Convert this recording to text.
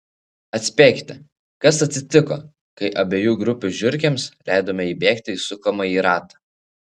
atspėkite kas atsitiko kai abiejų grupių žiurkėms leidome įbėgti į sukamąjį ratą